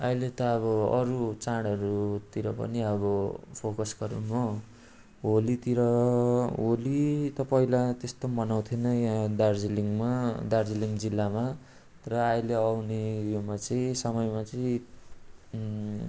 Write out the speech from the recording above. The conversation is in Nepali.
अहिले त अब अरू चाडहरूतिर पनि अब फोकस गरौँ हो होलीतिर होली त पहिला त्यस्तो मनाउँथिएन यहाँ दार्जिलिङमा दार्जिलिङ जिल्लामा तर अहिले आउने उयोमा चाहिँ समयमा चाहिँ